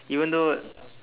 even though